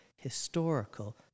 historical